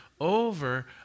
over